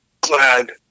glad